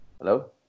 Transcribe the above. hello